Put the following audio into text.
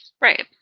Right